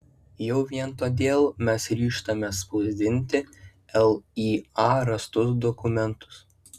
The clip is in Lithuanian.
jau vien todėl mes ryžtamės spausdinti lya rastus dokumentus